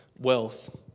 wealth